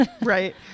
Right